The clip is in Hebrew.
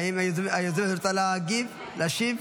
האם היוזמת רוצה להגיב, להשיב?